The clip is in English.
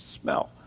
smell